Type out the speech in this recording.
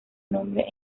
nombre